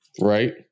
Right